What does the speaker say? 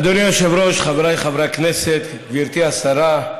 אדוני היושב-ראש, חבריי חברי הכנסת, גברתי השרה,